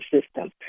system